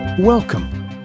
Welcome